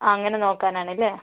അങ്ങനെ നോക്കാനാണല്ലേ